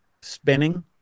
spinning